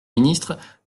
ministre